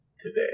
today